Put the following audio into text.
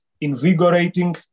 invigorating